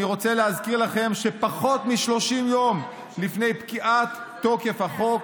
אני רוצה להזכיר לכם שפחות מ-30 יום לפני פקיעת תוקף החוק